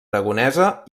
aragonesa